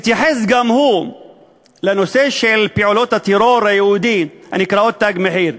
התייחס גם הוא לנושא של פעולות הטרור היהודי הנקראות "תג מחיר".